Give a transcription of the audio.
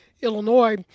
Illinois